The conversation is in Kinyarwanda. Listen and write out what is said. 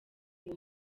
ngo